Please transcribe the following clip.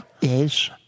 Yes